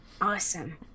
Awesome